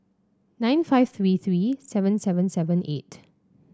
nine five three three seven seven seven eight